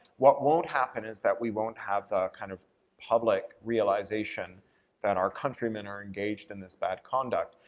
what won't happen is that we won't have the kind of public realization that our countrymen are engaged in this bad conduct.